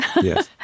Yes